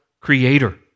Creator